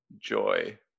joy